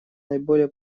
наиболее